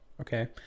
Okay